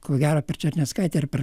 ko gero per černeckaitę ar per